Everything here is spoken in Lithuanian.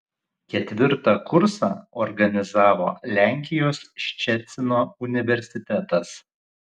ketvirtą kursą organizavo lenkijos ščecino universitetas